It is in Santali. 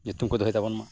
ᱧᱩᱛᱩᱢ ᱠᱚ ᱫᱚᱦᱚᱭ ᱛᱟᱵᱚᱱ ᱢᱟ